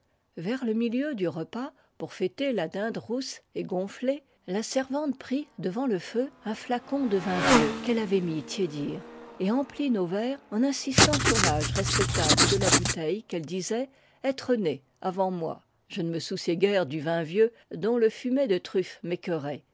vers le milieu du repas pour fêter la dinde rousse et gonflée la servante prit devant le feu un flacon de vin vieux qu'elle avait mis tiédir et emplit nos verres en insistant sur l'âge respectable de la bouteille qu'elle disait être née avant moi je ne me souciais guère du vin vieux dont le fumet de truffe m'écœurait